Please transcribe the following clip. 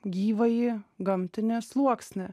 gyvąjį gamtinį sluoksnį